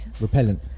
repellent